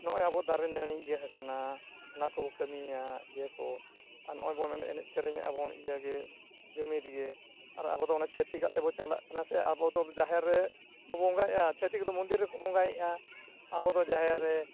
ᱱᱚᱜᱼᱚᱭ ᱟᱵᱚ ᱫᱟᱨᱮ ᱱᱟᱹᱲᱤ ᱤᱭᱟᱹ ᱟᱠᱟᱱᱟ ᱚᱱᱟ ᱠᱚᱵᱚᱱ ᱠᱟᱹᱢᱤᱭᱟ ᱤᱭᱟᱹ ᱠᱚ ᱟᱨ ᱱᱚᱜᱼᱚᱭ ᱵᱚᱱ ᱮᱱᱮᱡ ᱥᱮᱨᱮᱧ ᱮᱫᱟᱵᱚᱱ ᱤᱭᱟᱹᱜᱮ ᱡᱩᱢᱤᱫ ᱜᱮ ᱟᱨ ᱟᱵᱚᱫᱚ ᱚᱱᱟ ᱪᱷᱟᱹᱛᱤᱠ ᱛᱮᱵᱚᱱ ᱪᱟᱞᱟᱜ ᱠᱟᱱᱟ ᱥᱮ ᱟᱵᱚᱫᱚ ᱡᱟᱦᱮᱨ ᱨᱮᱵᱚᱱ ᱵᱚᱸᱜᱟᱭᱮᱜᱼᱟ ᱪᱷᱟᱹᱛᱤᱠ ᱫᱚ ᱢᱚᱱᱫᱤᱨ ᱨᱮᱠᱚ ᱵᱚᱸᱜᱟᱭᱮᱜᱼᱟ ᱟᱵᱚᱫᱚ ᱡᱟᱦᱮᱨ ᱨᱮ